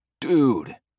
Dude